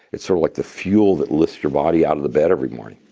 it's sort of like the fuel that lifts your body out of the bed every morning.